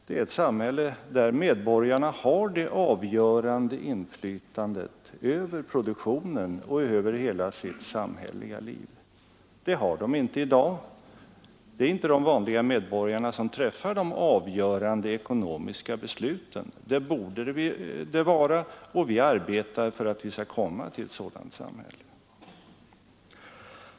Det är ett samhälle där medborgarna har det avgörande inflytandet över produktionen och över hela sitt samhälleliga liv. Det har de inte i dag. Det är inte de vanliga medborgarna som träffar de avgörande ekonomiska besluten. Det borde de göra, och vi arbetar för ett sådant samhälle.